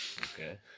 Okay